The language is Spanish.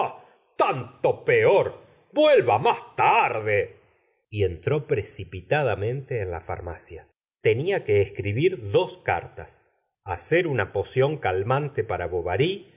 tanto peor vuelve más tarde y entró precipitadamente en la farmacia tenia que escribir dos cartas hacer una poción calmante para bovary